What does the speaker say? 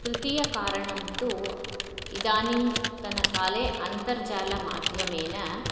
तृतीय कारणं तु इदानींतन काले अन्तर्जालमाध्यमेन